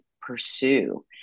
pursue